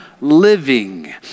living